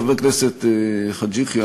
חבר הכנסת חאג' יחיא,